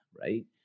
right